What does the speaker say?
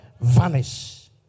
vanish